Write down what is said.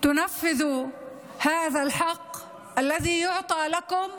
תממשו את הזכות הזאת אשר ניתנת לכם